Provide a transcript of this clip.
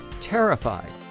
terrified